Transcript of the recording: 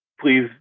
please